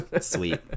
Sweet